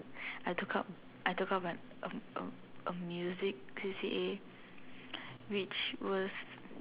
I took up I took up an a a a music C_C_A which was